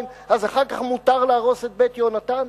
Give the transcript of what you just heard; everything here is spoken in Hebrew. אז אחר כך מותר להרוס את "בית יהונתן"?